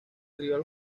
rival